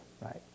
right